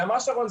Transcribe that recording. ואמרה שרון,